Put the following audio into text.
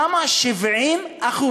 שם 70%